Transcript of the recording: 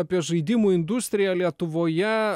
apie žaidimų industriją lietuvoje